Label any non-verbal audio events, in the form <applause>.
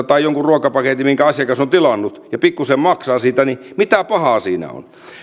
<unintelligible> tai jonkun ruokapaketin minkä asiakas on tilannut ja mistä hän pikkuisen maksaa niin mitä pahaa siinä on